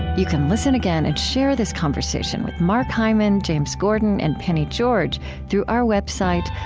you can listen again and share this conversations with mark hyman, james gordon, and penny george through our website,